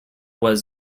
was